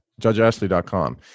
JudgeAshley.com